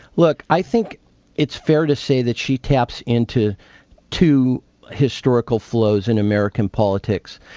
look, i think it's fair to say that she taps into two historical flows in american politics.